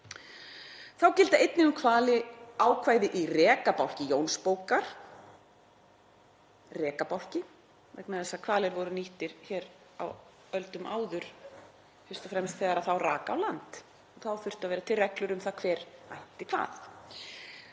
Þá gilda einnig um hvali ákvæði í Rekabálki Jónsbókar,“ — rekabálki, vegna þess að hvalir voru nýttir hér á öldum áður fyrst og fremst þegar þá rak á land, þá þurftu að vera til reglur um hver ætti hvað